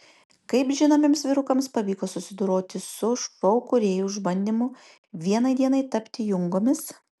kaip žinomiems vyrukams pavyko susidoroti su šou kūrėjų išbandymu vienai dienai tapti jungomis